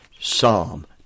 Psalm